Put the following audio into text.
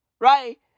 right